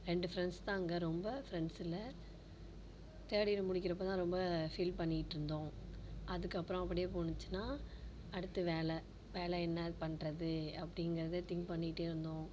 ரெண்டு ஃப்ரெண்ட்ஸ் தான் அங்கே ரொம்ப ஃப்ரெண்ட்ஸ் இல்லை தேர்டு இயர் முடிக்கிக்கறப்போ தான் ரொம்ப ஃபீல் பண்ணிகிட்ருந்தோம் அதுக்கப்புறம் அப்படியே போச்சுனா அடுத்து வேலை வேலை என்ன பண்ணுறது அப்படிங்கிறத திங்க் பண்ணிகிட்டே இருந்தோம்